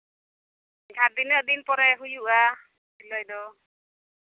ᱟᱨ ᱛᱤᱱᱟᱹᱜ ᱫᱤᱱ ᱯᱚᱨᱮ ᱦᱩᱭᱩᱜᱼᱟ ᱥᱤᱞᱟᱹᱭ ᱫᱚ